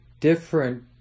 different